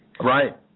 Right